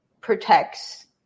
protects